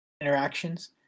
interactions